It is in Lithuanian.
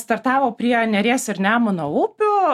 startavo prie neries ir nemuno upių